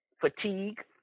fatigue